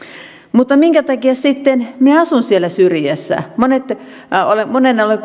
mutta minkä takia sitten asun siellä syrjässä monen olen monen olen